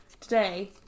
today